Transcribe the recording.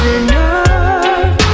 enough